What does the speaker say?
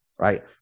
right